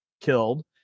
killed